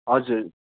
हजुर